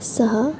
सहा